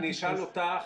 אז אני אשאל אותך,